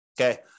Okay